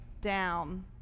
down